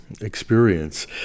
experience